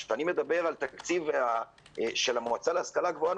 כשאני מדבר על התקציב של המועצה להשכלה גבוהה,